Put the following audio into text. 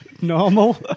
Normal